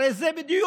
הרי זה בדיוק,